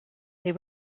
they